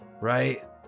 right